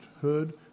hood